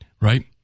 right